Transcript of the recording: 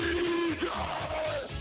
Jesus